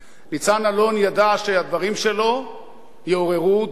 ניצן אלון ידע שהדברים שלו יעוררו תגובות.